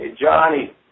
Johnny